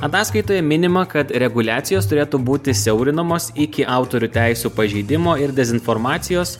ataskaitoje minima kad reguliacijos turėtų būti siaurinamos iki autorių teisių pažeidimo ir dezinformacijos